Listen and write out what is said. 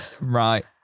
right